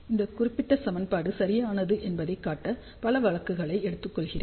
இந்த குறிப்பிட்ட சமன்பாடு சரியானது என்பதைக் காட்ட சில வழக்குகளை எடுத்துக்கொள்கிறேன்